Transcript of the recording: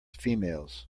females